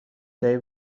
دهی